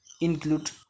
include